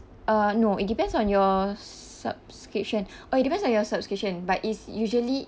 uh no it depends on your subscription oh it depends on your subscription but is usually